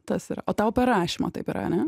tas yra o tau per rašymą taip yra ane